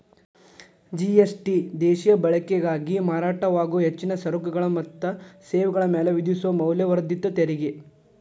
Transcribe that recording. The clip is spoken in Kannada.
ಜಿ.ಎಸ್.ಟಿ ದೇಶೇಯ ಬಳಕೆಗಾಗಿ ಮಾರಾಟವಾಗೊ ಹೆಚ್ಚಿನ ಸರಕುಗಳ ಮತ್ತ ಸೇವೆಗಳ ಮ್ಯಾಲೆ ವಿಧಿಸೊ ಮೌಲ್ಯವರ್ಧಿತ ತೆರಿಗಿ